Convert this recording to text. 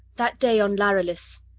that day on lharillis.